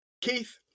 Keith